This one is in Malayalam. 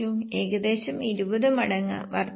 ഏകദേശം 20 മടങ്ങ് വർദ്ധനവ്